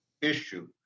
issue